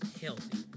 healthy